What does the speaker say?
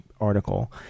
article